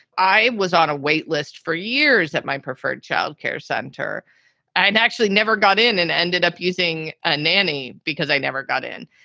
i was on a wait list for years at my preferred childcare center and actually never got in and ended up using a nanny because i never got in.